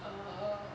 err